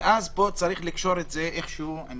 פה צריך לקשור את זה איכשהו למצב הקורונה,